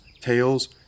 tails